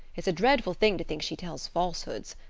it's a dreadful thing to think she tells falsehoods.